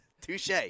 Touche